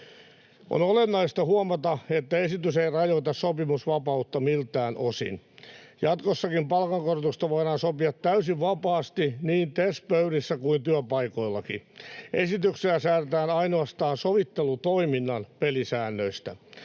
On olennaista huomata, että esitys ei rajoita sopimusvapautta miltään osin. Jatkossakin palkankorotuksesta voidaan sopia täysin vapaasti niin TES-pöydissä kuin työpaikoillakin. Esitykseen säädetään ainoastaan sovittelutoiminnan pelisäännöistä.